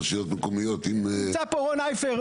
נמצא פה רון אייפר,